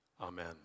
amen